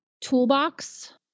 toolbox